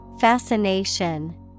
Fascination